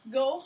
go